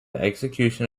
execution